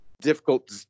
difficult